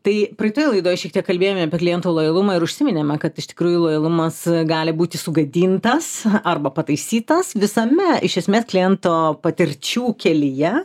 tai praeitoj laidoj šiek tiek kalbėjome apie klientų lojalumą ir užsiminėme kad iš tikrųjų lojalumas gali būti sugadintas arba pataisytas visame iš esmės kliento patirčių kelyje